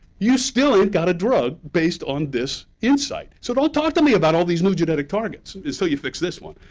you still ain't got a drug based on this insight. so don't talk to me about all these new genetic targets until so you fix this one.